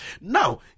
Now